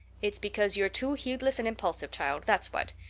it's because you're too heedless and impulsive, child, that's what.